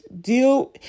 deal